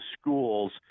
schools